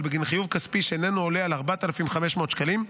בגין חיוב כספי שאינו עולה על 4,500 ש"ח,